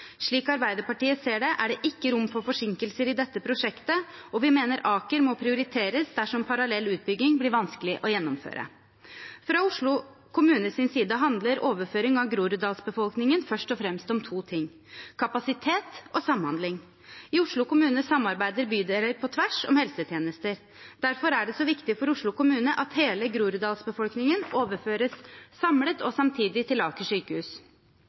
Slik Arbeiderpartiet ser det, er det ikke rom for forsinkelser i dette prosjektet. Vi mener Aker må prioriteres dersom parallell utbygging blir vanskelig å gjennomføre. Fra Oslo kommunes side handler overføringen av groruddalsbefolkningen først og fremst om to ting: kapasitet og samhandling. I Oslo kommune samarbeider bydeler på tvers om helsetjenester. Derfor er det så viktig for Oslo kommune at hele groruddalsbefolkningen overføres samlet og samtidig til Aker sykehus.